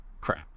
crap